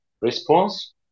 response